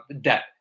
debt